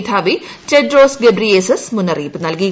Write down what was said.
മേധാവി Tedros Ghebreyesus മുന്നറിയിപ്പ് നൽകി